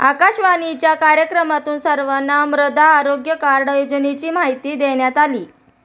आकाशवाणीच्या कार्यक्रमातून सर्वांना मृदा आरोग्य कार्ड योजनेची माहिती देण्यात आली